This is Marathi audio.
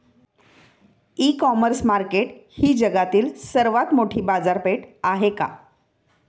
इ कॉमर्स मार्केट ही जगातील सर्वात मोठी बाजारपेठ आहे का?